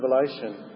revelation